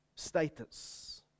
Status